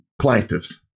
plaintiffs